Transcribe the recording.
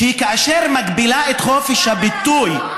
שכאשר היא מגבילה את חופש הביטוי,